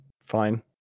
Fine